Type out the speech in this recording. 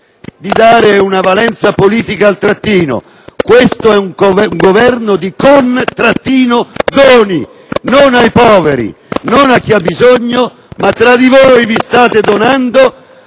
di dare una valenza politica al trattino. Questo è un Governo di "condoni", non ai poveri, non a chi ha bisogno, ma state donandovi